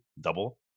double